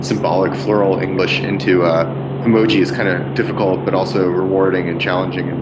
symbolic floral english, into ah emoji is kind of difficult but also rewarding and challenging. and